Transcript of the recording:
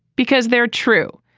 because they're true.